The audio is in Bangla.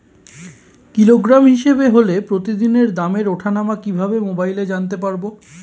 কিলোগ্রাম হিসাবে হলে প্রতিদিনের দামের ওঠানামা কিভাবে মোবাইলে জানতে পারবো?